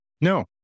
No